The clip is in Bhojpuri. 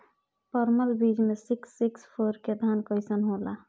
परमल बीज मे सिक्स सिक्स फोर के धान कईसन होला?